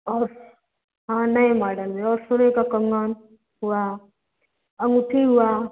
और हाँ नए मॉडल में और सोने का कंगन हुआ अंगूठी हुआ